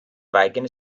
weigern